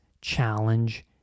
challenge